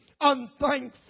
unthankful